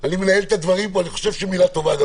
אני מנהל את הדברים פה וחושב שמגיעה לי מילה טובה.